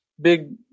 big